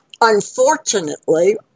Unfortunately